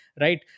right